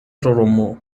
romo